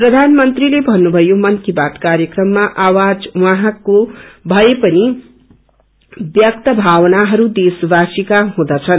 प्रधानमंत्रीले भन्नुभयो मन की बात कार्यक्रममा आवाज उहाँको भए पनि व्यक्त भावनाहरू देशवासीहरूका हुँदछन्